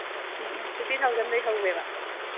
ꯎꯝ um fifty ꯊꯥꯎꯖꯟꯗꯒꯤ ꯍꯧꯋꯦꯕ